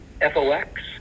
f-o-x